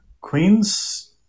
Queens